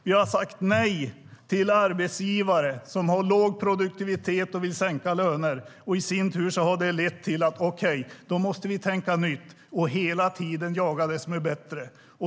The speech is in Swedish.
Vi har sagt nej till arbetsgivare som har låg produktivitet och vill sänka löner. I sin tur har det lett till att vi måste tänka nytt och hela tiden jaga det som är bättre.